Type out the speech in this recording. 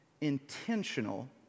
intentional